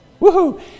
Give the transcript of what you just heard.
Woohoo